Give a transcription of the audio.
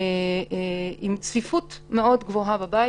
עם צפיפות מאוד גבוהה בבית.